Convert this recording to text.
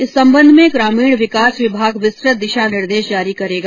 इस संबंध में ग्रामीण विकास विभाग विस्तुत दिशा निर्देश जारी करेगा